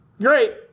Great